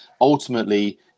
ultimately